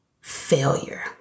Failure